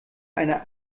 einer